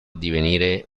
divenire